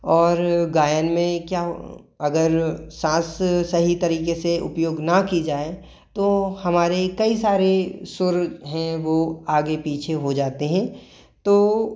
और गायन में क्या अगर साँस सही तरीक़े से उपयोग ना की जाए तो हमारे कई सारे सुर हैं वो आगे पीछे हो जाते हैं तो